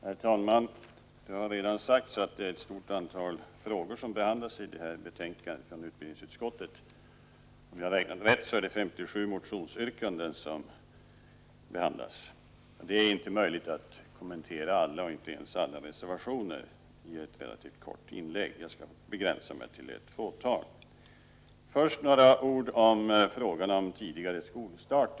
Herr talman! Det har redan sagts att ett stort antal frågor behandlas i detta betänkande från utbildningsutskottet. Om jag har räknat rätt rör det sig om 57 motionsyrkanden. Det är inte möjligt att kommentera alla, inte ens alla reservationer, i ett relativt kort inlägg, och jag skall begränsa mig till ett fåtal. Först några ord som gäller frågan om tidigare skolstart.